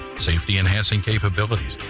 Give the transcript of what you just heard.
safety enhancing capabilities,